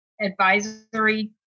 advisory